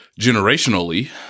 generationally